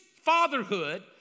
fatherhood